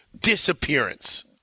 disappearance